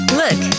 look